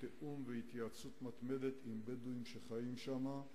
בתיאום ובהתייעצות מתמדת עם בדואים שחיים שם.